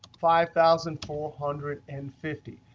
five thousand four hundred and fifty